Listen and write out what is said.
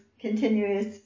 continuous